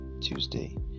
Tuesday